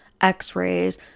x-rays